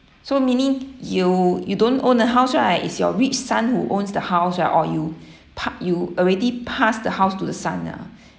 so meaning you you don't own a house right is your rich son who owns the house right or you pa~ you already passed the house to the son ah